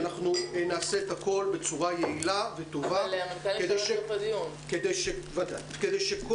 נעשה את הכול בצורה יעילה וטובה כדי שכל